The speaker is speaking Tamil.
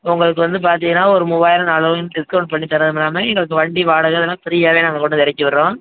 உங்களுக்கு வந்துப் பார்த்தீங்கன்னா ஒரு மூவாயிரம் நாலாயிரம் டிஸ்கவுண்ட் பண்ணித் தரேன் நான் எங்களுக்கு வண்டி வாடகை எதனா ஃப்ரீயாகவே நாங்கள் கொண்டு வந்து இறக்கி விடறோம்